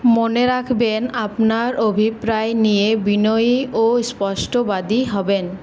মনে রাখবেন আপনার অভিপ্রায় নিয়ে বিনয়ী ও স্পষ্টবাদী হবেন